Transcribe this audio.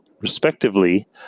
respectively